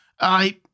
I